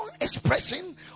expression